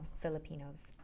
Filipinos